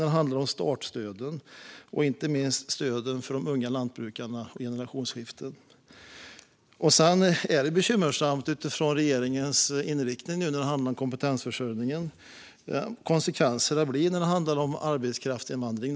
Det gäller också startstöden och inte minst stöden för de unga lantbrukarna och generationsskiften. Sedan är det bekymmersamt när det gäller regeringens inriktning för kompetensförsörjningen. Det blir konsekvenser när det handlar om arbetskraftsinvandring.